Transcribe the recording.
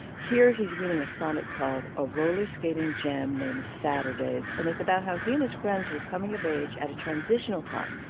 here he's reading a sonnet called, a roller skating jam named saturdays. and it's about how he and his friends were coming of age at a transitional time,